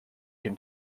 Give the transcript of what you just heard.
can